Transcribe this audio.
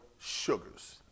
sugars